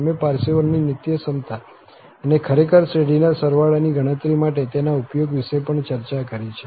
અમે પાર્સેવલની નિત્યસમતા અને ખરેખર શ્રેઢીના સરવાળાની ગણતરી માટે તેના ઉપયોગ વિશે પણ ચર્ચા કરી છે